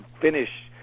finish